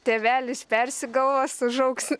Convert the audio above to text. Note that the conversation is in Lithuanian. tėvelis persigalvos užaugs